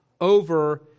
over